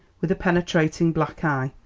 with a penetrating black eye,